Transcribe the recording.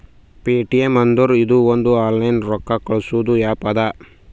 Paytm ಅಂದುರ್ ಇದು ಒಂದು ಆನ್ಲೈನ್ ರೊಕ್ಕಾ ಕಳ್ಸದು ಆ್ಯಪ್ ಅದಾ